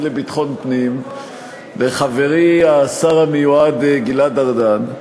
לביטחון פנים לחברי השר המיועד גלעד ארדן.